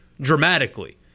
dramatically